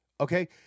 Okay